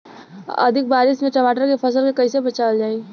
अधिक बारिश से टमाटर के फसल के कइसे बचावल जाई?